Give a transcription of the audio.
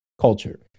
culture